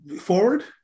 forward